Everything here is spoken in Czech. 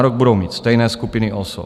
Nárok budou mít stejné skupiny osob.